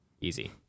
Easy